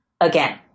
again